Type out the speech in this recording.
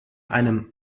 einem